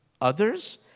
others